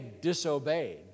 disobeyed